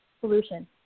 solution